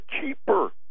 cheaper